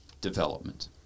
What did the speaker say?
development